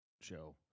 show